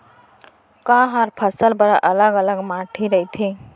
का हर फसल बर अलग अलग माटी रहिथे?